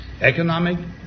economic